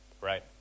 right